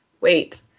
Wait